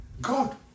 God